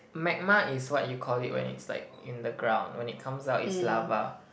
magma is what you call it when it's like in the ground when it comes up it's lava